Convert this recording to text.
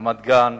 רמת-גן,